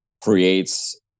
creates